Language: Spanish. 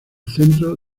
centro